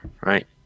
right